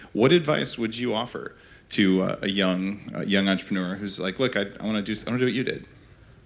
what advice would you offer to a young young entrepreneur who's like, look, i want to do and do what you did?